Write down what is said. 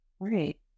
Great